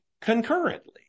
concurrently